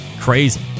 crazy